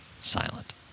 silent